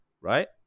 right